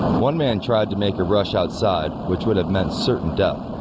one man tried to make a rush outside, which would have meant certain death.